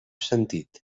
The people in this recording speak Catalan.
sentit